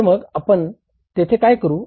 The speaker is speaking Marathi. तर मग आपण तिथे काय करू